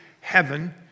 heaven